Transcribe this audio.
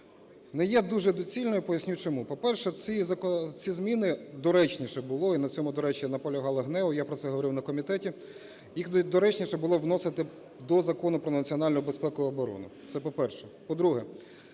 не є дуже доцільною, поясню чому. По-перше, ці зміні доречніше було, і на цьому, до речі, наполягало ГНЕУ, я про це говорив на комітеті, їх доречніше було вносити до Закону "Про національну безпеку і оборону" – це, по-перше.